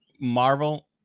marvel